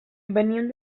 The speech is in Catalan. venim